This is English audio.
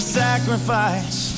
sacrifice